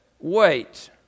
Wait